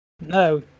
No